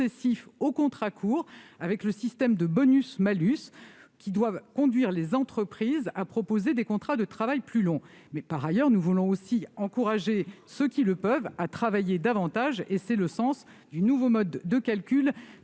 aux contrats courts avec le système de bonus-malus qui doit conduire les entreprises à proposer des contrats de travail plus longs. Par ailleurs, nous voulons aussi encourager ceux qui le peuvent à travailler davantage : c'est le sens du nouveau mode de calcul